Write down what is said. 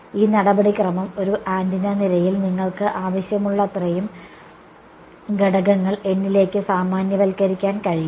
ഈ നടപടിക്രമം ഒരു ആന്റിന നിരയിൽ നിങ്ങൾക്ക് ആവശ്യമുള്ളത്രയും ഘടകങ്ങൾ N ലേക്ക് സാമാന്യവൽക്കരിക്കാൻ കഴിയും